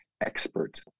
experts